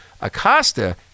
Acosta